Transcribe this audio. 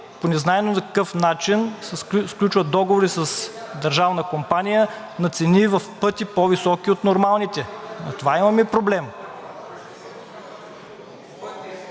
по незнайно какъв начин сключват договори с държавна компания на цени в пъти по-високи от нормалните. С това имаме проблем.